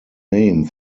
name